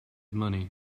money